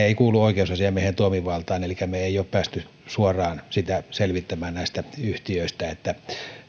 eivät kuulu oikeusasiamiehen toimivaltaan elikkä me emme ole päässeet suoraan selvittämään näistä yhtiöistä sitä että